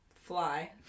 fly